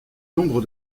nombre